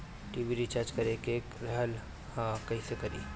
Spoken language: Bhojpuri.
टी.वी रिचार्ज करे के रहल ह कइसे करी?